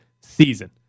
season